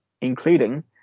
including